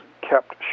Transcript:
kept